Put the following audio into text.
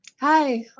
Hi